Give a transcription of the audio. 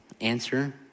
answer